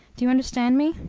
do you understand me?